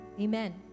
Amen